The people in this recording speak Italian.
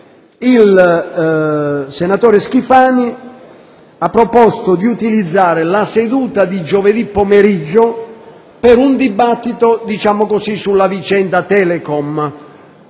Il senatore Schifani ha proposto di utilizzare la seduta di giovedì pomeriggio per un dibattito sulla vicenda Telecom